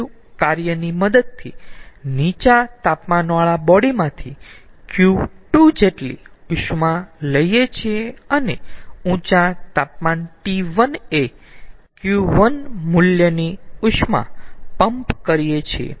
W કાર્યની મદદની નીચા તાપમાનવાળા બોડી માંથી Q2 જેટલી ઉષ્મા લઈયે છીએ અને ઊંચા તાપમાન T1 એ કુલ Q1 મૂલ્યની ઉષ્મા પંપ કરીયે છીએ